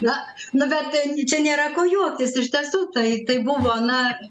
na nu bet tai čia nėra ko juoktis iš tiesų tai tai buvo na